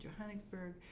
Johannesburg